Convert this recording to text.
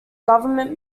government